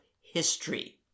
history